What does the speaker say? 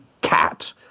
cat